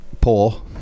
poor